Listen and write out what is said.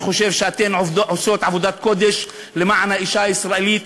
ואני חושב שאתן עושות עבודת קודש למען האישה הישראלית: